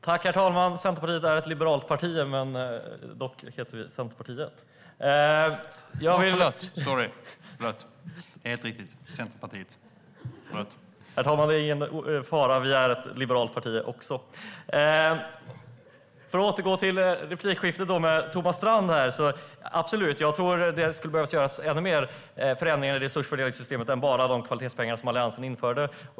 Herr talman! Absolut, jag tror att det skulle behöva göras ännu mer förändringar i resursfördelningssystemet än bara de kvalitetspengar Alliansen införde.